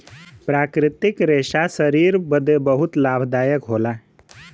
प्राकृतिक रेशा शरीर बदे बहुते लाभदायक होला